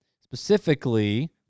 specifically